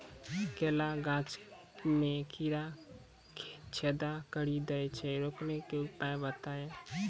केला गाछ मे कीड़ा छेदा कड़ी दे छ रोकने के उपाय बताइए?